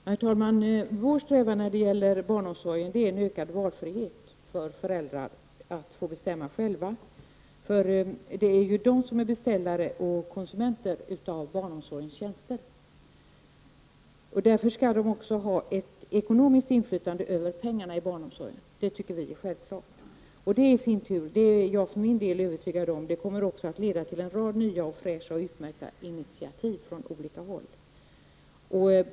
Herr talman! Vår strävan när det gäller barnomsorgen är en ökad valfrihet för föräldrar att få bestämma själva. Det är de som är beställare och konsumenter av barnomsorgens tjänster. Därför skall de också ha ett ekonomiskt inflytande över pengarna inom barnomsorgen. Det anser vi vara självklart. För min del är jag övertygad om att detta också kommer att leda till en rad nya, fräscha och utmärkta initiativ från olika håll.